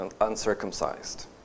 uncircumcised